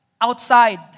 outside